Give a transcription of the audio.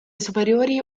superiori